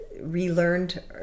relearned